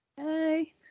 Hi